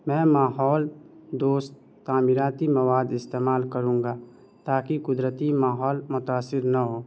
میں ماحول دوست تعمیراتی مواد استعمال کروں گا تاکہ قدرتی ماحول متاثر نہ ہو